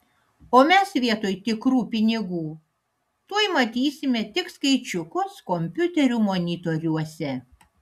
o mes vietoj tikrų pinigų tuoj matysime tik skaičiukus kompiuterių monitoriuose